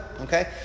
Okay